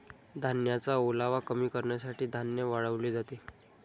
धान्याचा ओलावा कमी करण्यासाठी धान्य वाळवले जाते